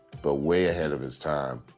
but way ahead of his time.